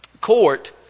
court